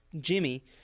Jimmy